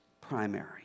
primary